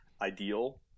ideal